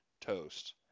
Toast